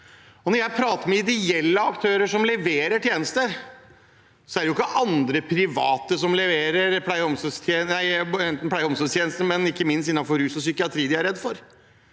Når jeg snakker med ideelle aktører som leverer tjenester, er det ikke andre private som leverer pleie- og omsorgstjenester, ikke minst innenfor rus og psykiatri, de er redd for.